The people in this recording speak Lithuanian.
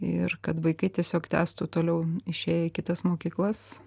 ir kad vaikai tiesiog tęstų toliau išėję į kitas mokyklas